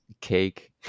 cake